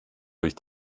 durch